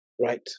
Right